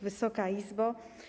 Wysoka Izbo!